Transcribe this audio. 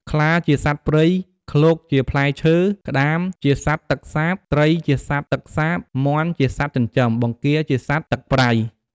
ខ្លាជាសត្វព្រៃ ឃ្លោកជាផ្លែឈើ ក្តាមជាសត្វទឹកសាប ត្រីជាសត្វទឹកសាប មាន់ជាសត្វចិញ្ចឹម បង្គារជាសត្វទឹកប្រៃ។